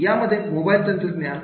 या मध्ये मोबाईल तंत्रज्ञान